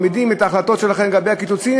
את ההחלטות שלכם לגבי הקיצוצים,